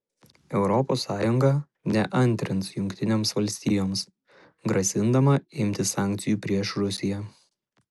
europos sąjunga neantrins jungtinėms valstijoms grasindama imtis sankcijų prieš rusiją